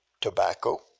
tobacco